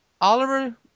Oliver